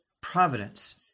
providence